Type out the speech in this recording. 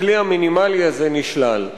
הכלי המינימלי הזה נשלל.